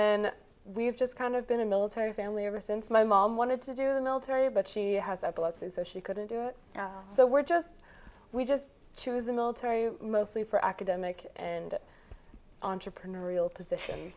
then we've just kind of been a military family ever since my mom wanted to do the military but she has epilepsy so she couldn't do it so we're just we just choose the military mostly for academic and entrepreneurial position